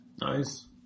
Nice